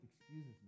excuses